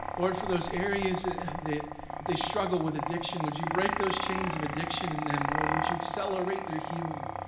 lord, for those areas that they struggle with addiction, would you break those chains of addiction in them? lord, would you accelerate their healing?